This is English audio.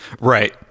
Right